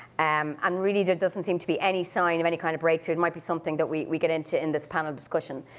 um and really there doesn't seem to be any sign of any kind of breakthrough. it might be something that we get into in this panel discussion.